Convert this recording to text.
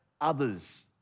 others